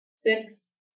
Six